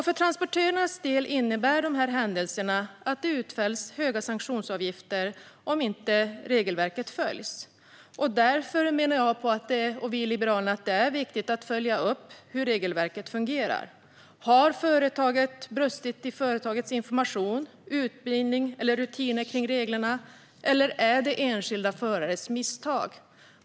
För transportörernas del innebär dessa händelser att höga sanktionsavgifter utfärdas om regelverket inte följs. Därför menar jag och Liberalerna att det är viktigt att följa upp hur regelverket fungerar. Har företaget brustit i företagets information, utbildning eller rutiner kring reglerna? Eller handlar det om enskilda förares misstag?